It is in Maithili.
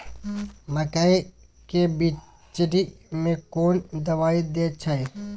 मकई के बिचरी में कोन दवाई दे छै?